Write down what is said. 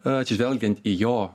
atsižvelgiant į jo